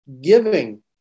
giving